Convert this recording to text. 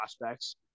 prospects